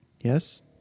Yes